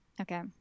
Okay